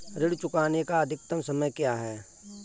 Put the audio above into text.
ऋण चुकाने का अधिकतम समय क्या है?